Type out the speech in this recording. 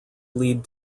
lead